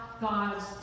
God's